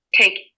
take